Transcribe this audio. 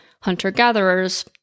hunter-gatherers